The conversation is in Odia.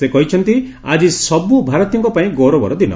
ସେ କହିଛନ୍ତି ଆଜି ସବୁ ଭାରତୀୟଙ୍କ ପାଇଁ ଗୌରବର ଦିନ